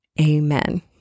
Amen